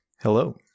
Hello